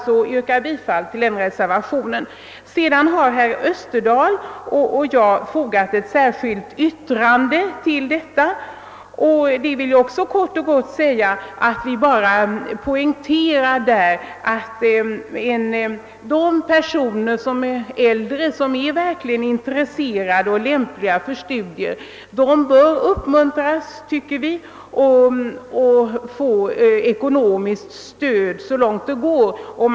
Slutligen har herr Österdahl och jag fogat ett särskilt yttrande till utskottets utlåtande, i vilket yttrande vi poängterar att äldre personer, som verkligen är intresserade och lämpade för studier, bör uppmuntras och få ekonomiskt stöd så långt som möjligt.